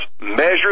measure